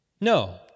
No